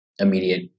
immediate